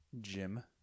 Jim